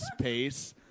pace